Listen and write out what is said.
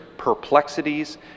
perplexities